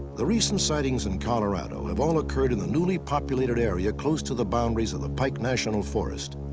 the recent sightings in colorado have all occurred in the newly populated area close to the boundaries of the pike national forest.